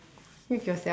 reach yourself